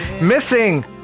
Missing